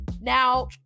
Now